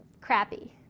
crappy